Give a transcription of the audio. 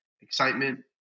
excitement